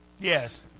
Yes